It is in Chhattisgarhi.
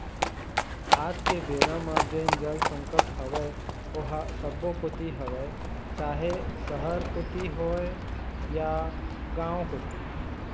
आज के बेरा म जेन जल संकट हवय ओहा सब्बो कोती हवय चाहे सहर कोती होय या गाँव कोती